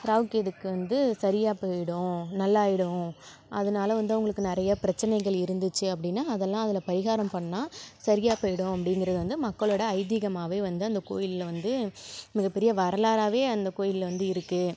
ராகு கேதுக்கு வந்து சரியாக போய்விடும் நல்லா ஆகிடும் அதனால் வந்து அவங்களுக்கு நிறையா பிரச்சனைகள் இருந்துச்சு அப்படின்னா அதெல்லாம் அதில் பரிகாரம் பண்ணால் சரியாக போய்விடும் அப்படிங்கிறது வந்து மக்களோடய ஐதீகமாகவே வந்து அந்தக் கோயிலில் வந்து மிகப்பெரிய வரலாறாகவே அந்தக் கோயிலில் வந்து இருக்குது